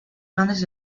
grandes